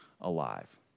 alive